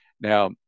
Now